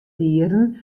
dieren